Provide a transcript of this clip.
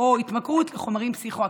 או התמכרות לחומרים פסיכו-אקטיביים,